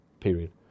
period